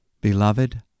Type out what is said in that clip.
Beloved